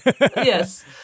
yes